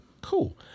Cool